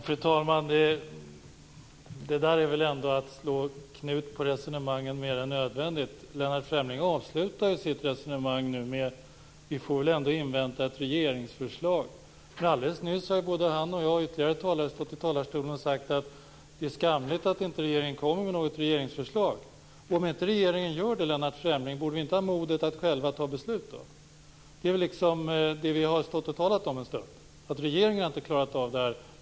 Fru talman! Detta är väl ändå att slå knut på resonemangen mer än nödvändigt. Lennart Fremling avslutar ju sitt resonemang med att säga att vi ändå får invänta ett regeringsförslag. Men alldeles nyss har ju både han och jag och ytterligare talare stått i talarstolen och sagt att det är skamligt att regeringen inte kommer med något förslag. Om regeringen inte gör det, Lennart Fremling, borde vi då inte ha modet att själva fatta beslut? Det är det som vi har stått och talat om en stund, att regeringen inte har klarat av detta.